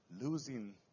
losing